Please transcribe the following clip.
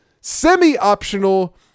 semi-optional